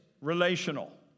relational